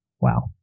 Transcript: wow